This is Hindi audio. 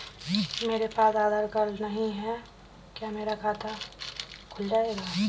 मेरे पास आधार कार्ड नहीं है क्या मेरा खाता खुल जाएगा?